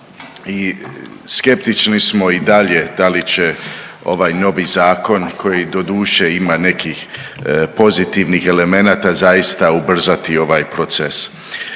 i skeptični smo i dalje da li će ovaj novi zakon koji doduše ima nekih pozitivnih elemenata zaista ubrzati ovaj proces.